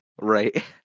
Right